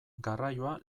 garraioa